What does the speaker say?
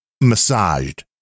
massaged